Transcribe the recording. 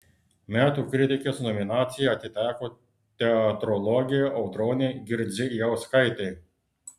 metų kritikės nominacija atiteko teatrologei audronei girdzijauskaitei